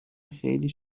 خیلی